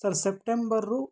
sir September